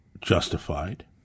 justified